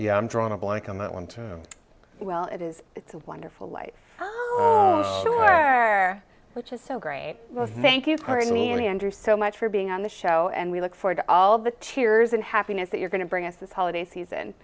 yeah i'm drawing a blank on that one too well it is it's a wonderful life where which is so great thank you currently under so much for being on the show and we look forward to all the tears and happiness that you're going to bring us this holiday season